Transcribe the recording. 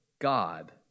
God